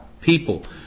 People